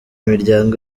miryango